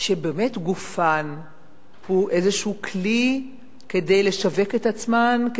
שבאמת גופן הוא איזה כלי כדי לשווק את עצמן,